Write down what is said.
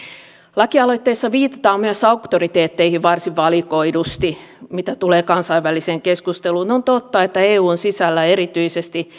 lakialoitteessa viitataan myös auktoriteetteihin varsin valikoidusti mitä tulee kansainväliseen keskusteluun on totta että eun sisällä erityisesti